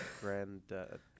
granddad